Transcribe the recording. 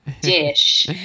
dish